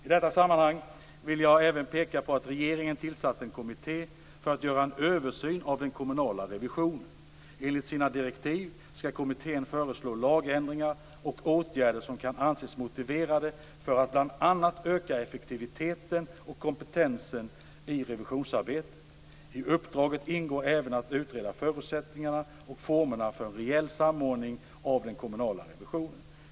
I detta sammanhang vill jag även peka på att regeringen tillsatt en kommitté för att göra en översyn av den kommunala revisionen. Enligt sina direktiv skall kommittén föreslå lagändringar och åtgärder som kan anses motiverade för att bl.a. öka effektiviteten och kompetensen i revisionsarbetet. I uppdraget ingår även att utreda förutsättningarna och formerna för en reell samordning av den kommunala revisionen.